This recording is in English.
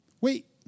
Wait